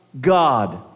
God